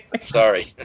sorry